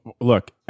Look